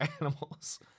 animals